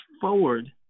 forward